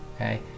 okay